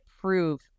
prove